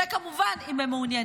זה, כמובן, אם הם מעוניינים.